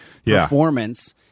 Performance